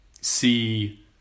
see